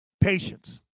Patience